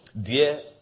Dear